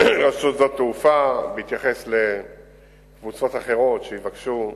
רשות שדות התעופה בהתייחס לקבוצות אחרות שיבקשו.